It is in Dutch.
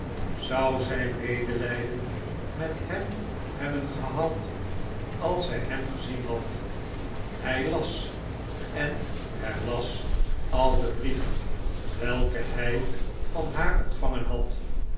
zou zij medelijden met hem hebben gehad als zij hem gezien had hij las en herlas al de brieven welke hij van haar ontvangen had